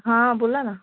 हां बोला ना